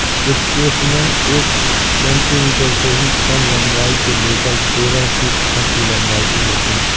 crustacean एक centimetre से भी कम लंबाई से लेकर तेरह फीट तक की लंबाई के होते हैं